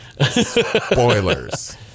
Spoilers